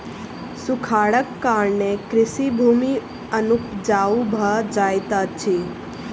सूखाड़क कारणेँ कृषि भूमि अनुपजाऊ भ जाइत अछि